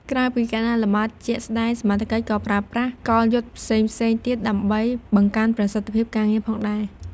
ក្រៅពី ការដើរល្បាតជាក់ស្តែង សមត្ថកិច្ច ក៏ប្រើប្រាស់ កលយុទ្ធផ្សេងៗ ទៀតដើម្បី បង្កើនប្រសិទ្ធភាព ការងារផងដែរ។